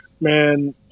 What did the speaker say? man